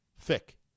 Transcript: thick